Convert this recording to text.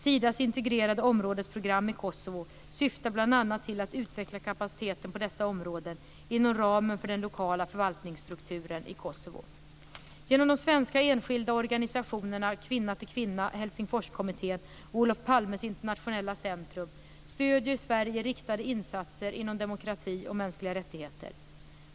Sidas integrerade områdesprogram i Kosovo syftar bl.a. till att utveckla kapaciteten på dessa områden inom ramen för den lokala förvaltningsstrukturen i Kosovo. Palmes Internationella Centrum stöder Sverige riktade insatser inom demokrati och mänskliga rättigheter.